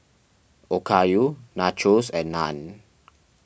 Okayu Nachos and Naan